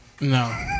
No